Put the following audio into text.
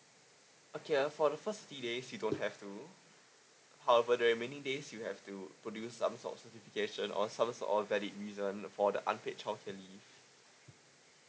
okay uh for the first thirty days you don't have to however the remaining days you have to produce some sort of certification or sort of valid reason for the unpaid childcare leave